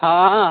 हँ